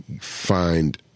find